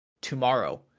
tomorrow